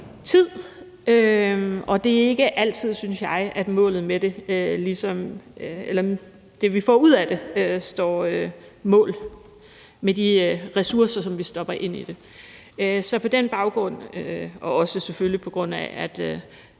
tid, og det er ikke altid, synes jeg, at det, vi får ud af det, står mål med de ressourcer, som vi stopper ind i det. På den baggrund og selvfølgelig også, på grund af at